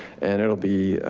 and it'll be,